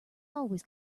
always